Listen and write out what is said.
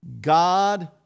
God